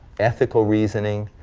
ethical reasoning.